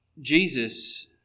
Jesus